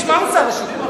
תשמע את שר השיכון.